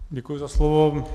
Děkuji za slovo.